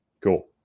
Cool